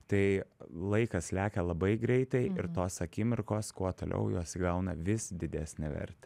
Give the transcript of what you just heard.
tai laikas lekia labai greitai ir tos akimirkos kuo toliau jos įgauna vis didesnę vertę